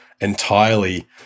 entirely